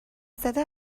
زده